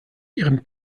ihren